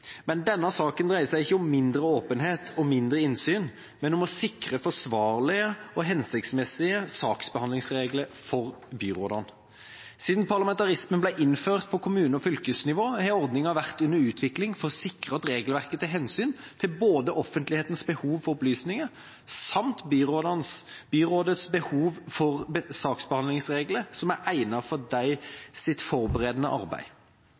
Men denne saken dreier seg ikke om mindre åpenhet og mindre innsyn, men om å sikre forsvarlige og hensiktsmessige saksbehandlingsregler for byrådene. Siden parlamentarismen ble innført på kommune- og fylkesnivå, har ordninga vært under utvikling for å sikre at regelverket tar hensyn til både offentlighetens behov for opplysninger samt byrådets behov for saksbehandlingsregler som er egnet for deres forberedende arbeid.